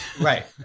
right